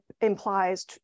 implies